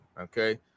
Okay